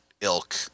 ilk